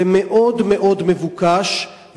זה מאוד מאוד מבוקש,